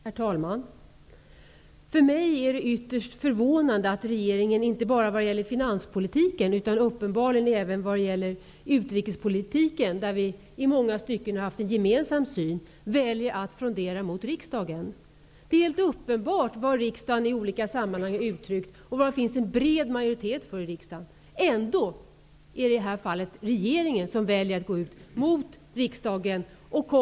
Herr talman! För mig är det ytterst förvånande att regeringen, inte bara när det gäller finanspolitiken utan uppbarligen även när det gäller utrikespolitiken, där vi i många stycken tidigare haft en gemensam syn, väljer att frondera mot riksdagen. Det är helt uppenbart vad riksdagen i olika sammanhang uttryckt och vad det i riksdagen finns en bred majoritet för. Ändå är det i det här fallet regeringen som väljer att agera mot riksdagen.